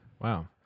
Wow